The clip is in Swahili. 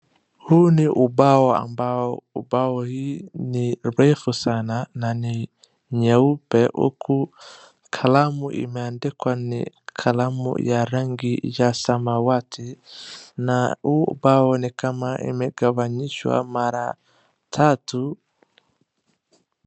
Huu ni ubao ambao ubao hii ni refu sana na ni nyeupe huku kalamu imeandikwa ni kalamu ya rangi ya samawati . Na huu ubao ni kama imegawanishwa mara tatu.